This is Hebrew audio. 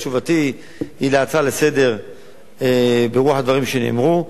תשובתי להצעה לסדר-היום היא ברוח הדברים שנאמרו.